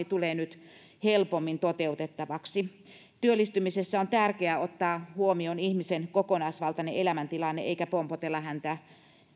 tulee nyt helpommin toteutettavaksi työllistymisessä on tärkeää ottaa huomioon ihmisen kokonaisvaltainen elämäntilanne eikä pompotella häntä